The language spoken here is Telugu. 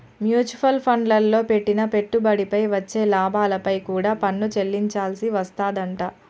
మ్యూచువల్ ఫండ్లల్లో పెట్టిన పెట్టుబడిపై వచ్చే లాభాలపై కూడా పన్ను చెల్లించాల్సి వస్తాదంట